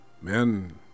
Men